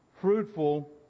fruitful